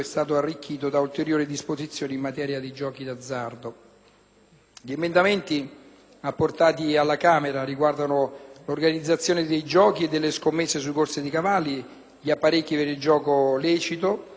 Gli emendamenti apportati alla Camera riguardano l'organizzazione dei giochi e delle scommesse sulle corse di cavalli e gli apparecchi per il gioco lecito, meglio conosciuti come *videopoker* e *slot machine* elettroniche.